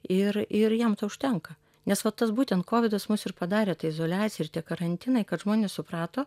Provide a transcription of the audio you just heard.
ir ir jam to užtenka nes va tas būtent kovidas mus ir padarė ta izoliacija ir tie karantinai kad žmonės suprato